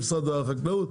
יש משרד החקלאות.